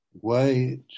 wait